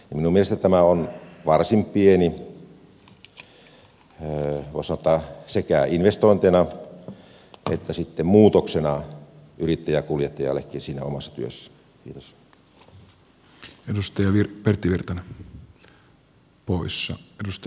minun mielestäni tämä on varsin pieni voi sanoa sekä investointina että sitten muutoksena yrittäjäkuljettajallekin siinä omassa työssä